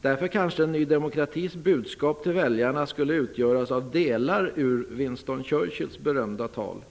Därför kanske Ny demokratis budskap till väljarna skulle utgöras av delar ur Winston Churchills berömda tal: